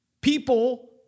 People